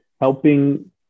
helping